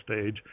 stage